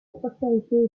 prospérité